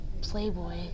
Playboy